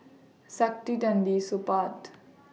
Saktiandi Supaat